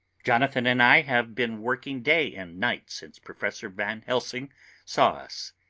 jonathan and i have been working day and night since professor van helsing saw us.